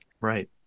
Right